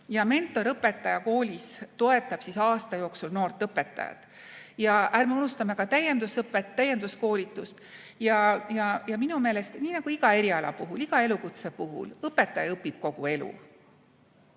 Mentorõpetaja koolis toetab aasta jooksul noort õpetajat. Ja ärme unustame ka täiendusõpet, täienduskoolitust. Minu meelest nii nagu iga eriala puhul, iga elukutse puhul, õpetaja õpib kogu elu.